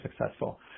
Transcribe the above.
successful